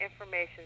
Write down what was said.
Information